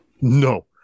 No